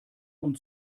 und